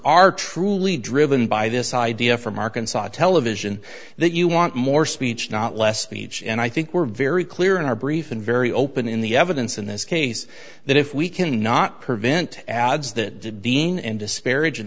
are truly driven by this idea from arkansas television that you want more speech not less each and i think we're very clear in our brief and very open in the evidence in this case that if we can not prevent ads that the dean and disparag